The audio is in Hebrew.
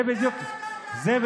זה בדיוק העניין,